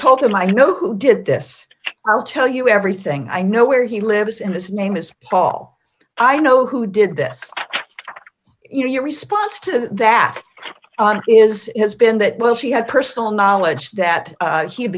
told them i know who did this i'll tell you everything i know where he lives and his name is paul i know who did this you know your response to that is has been that well she had personal knowledge that he had